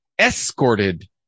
escorted